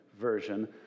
version